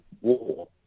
War